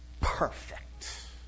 perfect